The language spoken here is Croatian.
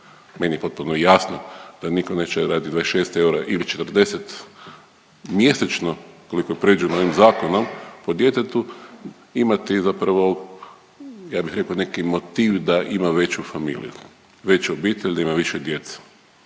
meni je potpuno jasno da nitko neće radi 26 eura ili 40 mjesečno koliko je predviđeno ovim zakonom po djetetu imati zapravo ja bih rekao neki motiv da ima veću familiju, veću obitelj, da ima više djece.